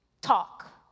talk